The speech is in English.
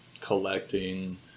collecting